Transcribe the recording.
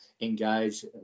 engage